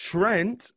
Trent